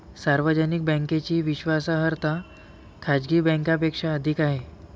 सार्वजनिक बँकेची विश्वासार्हता खाजगी बँकांपेक्षा अधिक आहे